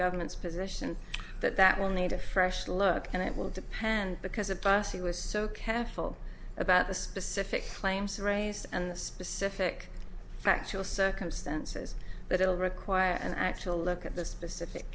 government's position that that will need a fresh look and it will depend because a bus he was so careful about the specific claims raised and the specific factual circumstances that it will require an actual look at the specific